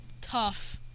tough